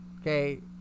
Okay